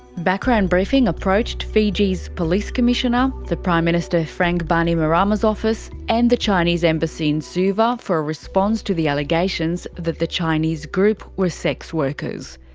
background briefing approached fiji's police commissioner, the prime minister frank bainimarama's office, and the chinese embassy in suva for a response to the allegations that the chinese group were sex workers.